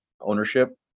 ownership